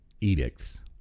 edicts